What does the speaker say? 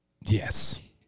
yes